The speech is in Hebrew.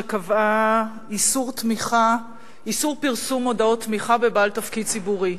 שקבעה איסור פרסום מודעות תמיכה בבעל תפקיד ציבורי,